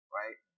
right